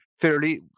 fairly